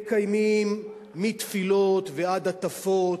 מקיימים מתפילות ועד הטפות,